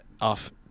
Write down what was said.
off